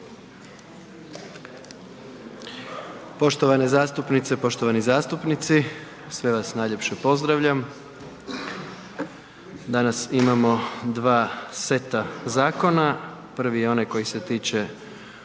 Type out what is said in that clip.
Poštovane zastupnice, poštovani zastupnici, sve vas najljepše pozdravljam. Danas imamo dva seta zakona, prvi je onaj koji se tiče